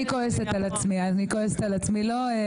אני אזכיר לך שגם אותי היא לא הזכירה.